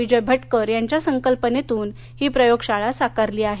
विजय भटकर यांच्या संकल्पनेतून ही प्रयोगशाळा साकारली आहे